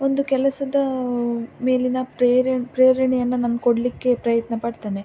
ಒಂದು ಕೆಲಸದ ಮೇಲಿನ ಪ್ರೇರಣೆ ಪ್ರೇರಣೆಯನ್ನು ನಾನು ಕೊಡಲಿಕ್ಕೆ ಪ್ರಯತ್ನಪಡ್ತೇನೆ